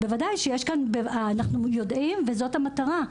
אנחנו יודעים וזו המטרה.